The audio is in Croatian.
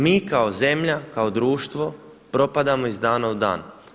Mi kao zemlja, kao društvo propadamo iz dana u dan.